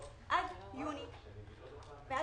זה